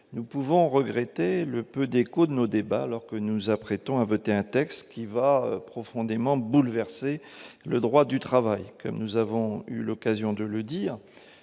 loi. Nous regrettons le peu d'écho qu'ont eu nos débats, alors que nous nous apprêtons à voter un texte qui va profondément bouleverser le droit du travail. Comme nous avons eu l'occasion de le